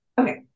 Okay